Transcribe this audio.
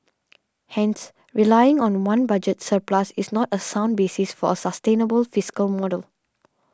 hence relying on one budget surplus is not a sound basis for a sustainable fiscal model